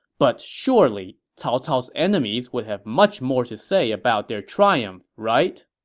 but surely, cao cao's enemies would have much more to say about their triumph, right?